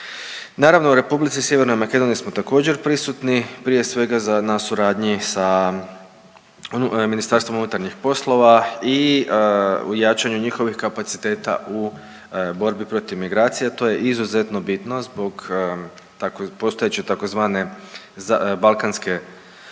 Naravno u Republici Sjevernoj Makedoniji smo također prisutni, prije svega na suradnji sa Ministarstvom unutarnjih poslova i u jačanju njihovih kapaciteta u borbi protiv migracija. To je izuzetno bitno zbog, postojeće tzv. balkanske rute